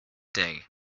day